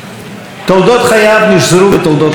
תולדות חייו נשזרו בתולדות המדינה.